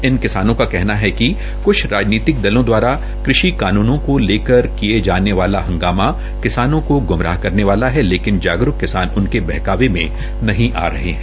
इन किसानों का कहना है कि क्छ राजनीतिक दलों दवारा कृषि कानूनों को लेकर जाने वाला हंगामा किसानों को गुमराह करने वाला है लेकिन जागरूक किसान उनके बहकावे में नहीं आ रहे है